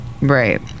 Right